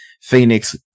Phoenix